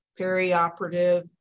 perioperative